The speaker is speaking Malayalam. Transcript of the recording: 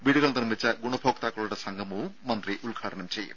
വീടുകൾ നിർമ്മിച്ച ഗുണഭോക്താക്കളുടെ സംഗമവും മന്ത്രി ഉദ്ഘാടനം ചെയ്യും